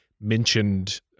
mentioned